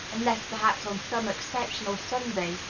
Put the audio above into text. unless perhaps on some exceptional sunday,